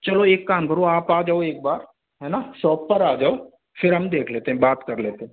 चलो एक काम करो आप आ जाओ एक बार है न शॉप पर आ जाओ फिर हम देख लेते हैं बात कर लेते हैं